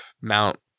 Mount